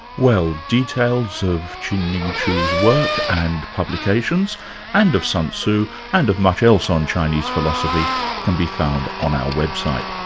well, details of chin-ning chu's work and publications and of sun tzu and of much else on chinese philosophy can be found on our website.